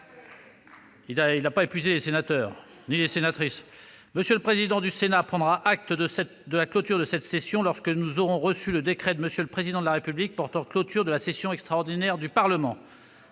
s'il n'a pas épuisé les sénateurs et les sénatrices ! M. le président du Sénat prendra acte de la clôture de cette session lorsque nous aurons reçu le décret de M. le Président de la République portant clôture de la session extraordinaire du Parlement.